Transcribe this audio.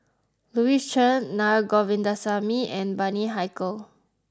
Louis Chen Na Govindasamy and Bani Haykal